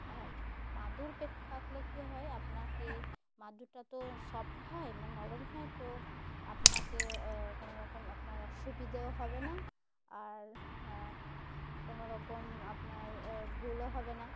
আর মাদুর পে পাতলে কী হয় আপনাকে মাদুরটা তো সফট হয় মানে নরম হয় তো আপনাকে কোনোরকম আপনার অসুবিধেও হবে না আর কোনোরকম আপনার ভুলও হবে না